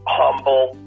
humble